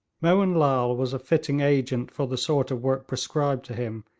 mohun lal was a fitting agent for the sort of work prescribed to him,